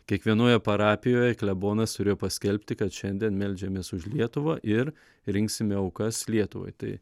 kiekvienoje parapijoje klebonas turėjo paskelbti kad šiandien meldžiamės už lietuvą ir rinksime aukas lietuvai tai